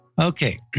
Okay